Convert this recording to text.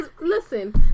Listen